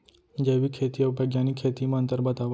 जैविक खेती अऊ बैग्यानिक खेती म अंतर बतावा?